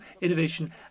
innovation